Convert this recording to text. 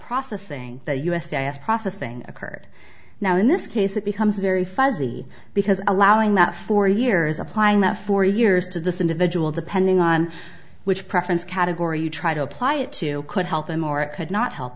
processing the u s a s processing occurred now in this case it becomes very fuzzy because allowing that four years applying the four years to this individual depending on which preference category you try to apply it to could help them or it could not help